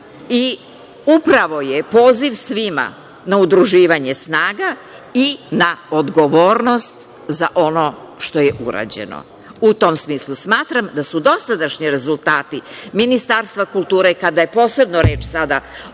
Upravo je to poziv svima na udruživanje snaga i na odgovornost za ono što je urađeno.U tom smislu smatram da su dosadašnji rezultati Ministarstva kulture, kada je posebno reč sada